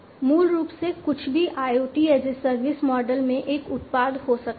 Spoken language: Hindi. मूल रूप से कुछ भी IoT as a service model में एक उत्पाद हो सकता है